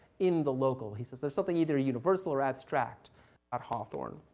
in the local. he says there's something either universal or abstract at hawthorne.